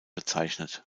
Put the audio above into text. bezeichnet